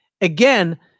again